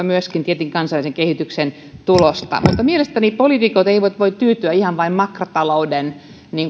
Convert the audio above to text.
myöskin tietenkin kansainvälisen kehityksen tulosta mutta mielestäni poliitikot eivät voi tyytyä ihan vain makrotalouden